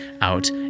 out